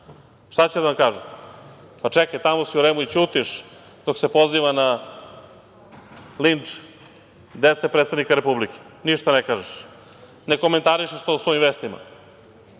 Šta će da vam kažu? Pa, čekaj tamo si u REM-u i ćutiš dok se poziva na linč dece predsednika Republike, ništa ne kažeš. Ne komentarišeš to u svojim vestima.